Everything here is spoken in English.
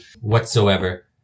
whatsoever